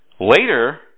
Later